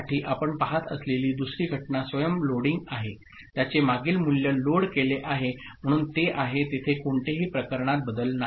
साठी आपण पहात असलेली दुसरी घटना स्वयं लोडिंग आहे त्याचे मागील मूल्य लोड केले आहे म्हणून ते आहे तेथे कोणतेही प्रकरणात बदल नाही